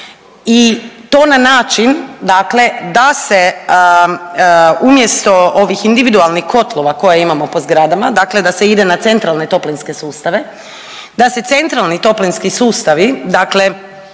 i to na način, dakle da se umjesto ovih individualnih kotlova koje imamo po zgradama, dakle da se ide na centralne toplinske sustave, da se centralni toplinski sustavi, dakle